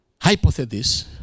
hypothesis